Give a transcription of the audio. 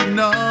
no